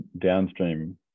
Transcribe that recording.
downstream